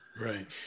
Right